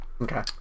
Okay